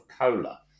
cola